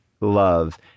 love